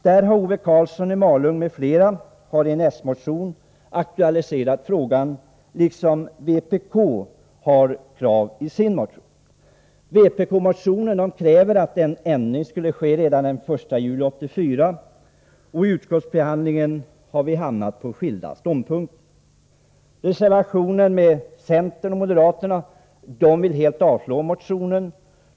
Här har Ove Karlsson m.fl. i en s-motion aktualiserat frågan om byggnadslov för skidliftar. Vpk har liknande krav i sin motion. I vpk-motionen krävs att en ändring skall ske redan den 1 juli 1984. § Tutskottsbehandlingen har vi hamnat på skilda ståndpunkter. Centern och moderaterna vill i sin reservation helt avslå motionen.